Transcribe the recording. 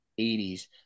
80s